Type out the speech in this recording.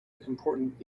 important